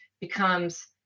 becomes